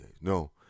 no